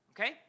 okay